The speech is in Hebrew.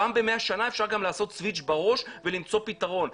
פעם במאה שנה אפשר גם לעשות סוויץ' בראש ולמצוא פתרון,